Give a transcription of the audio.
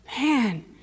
Man